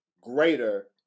greater